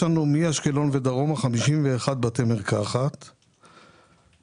מאשקלון ודרומה יש לנו 51 בתי מרקחת פרטיים,